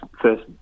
first